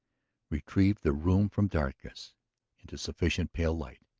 retrieved the room from darkness into sufficient pale light.